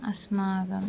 अस्माकम्